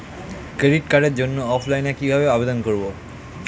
Credit কার্ডের জন্য অফলাইনে কিভাবে আবেদন করব?